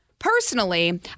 Personally